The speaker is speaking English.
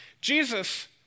Jesus